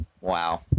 Wow